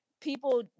people